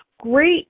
great